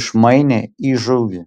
išmainė į žuvį